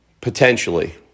Potentially